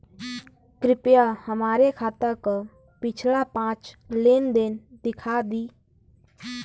कृपया हमरे खाता क पिछला पांच लेन देन दिखा दी